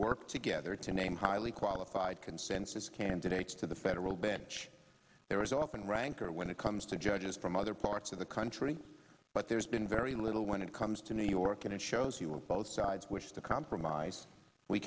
work together to name highly qualified consensus candidates to the federal bench there is often rancor when it comes to judges from other parts of the country but there's been very little when it comes to new york and it shows you where both sides wish to compromise we